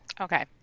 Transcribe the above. okay